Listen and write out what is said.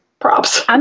Props